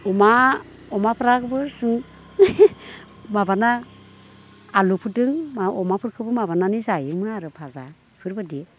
अमा अमाफ्राबो माबाना आलुफोरदों अमाफोरखोबो माबानानै जायोमोन आरो भाजा इफोरबायदि